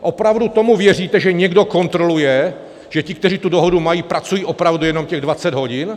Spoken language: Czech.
Opravdu tomu věříte, že někdo kontroluje, že ti, kteří tu dohodu mají, pracují opravdu jenom těch 20 hodin?